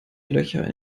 löcher